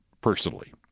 personally